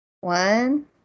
One